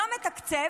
לא מתקצב,